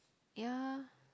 ya